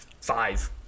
Five